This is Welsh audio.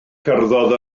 cerddodd